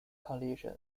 conditions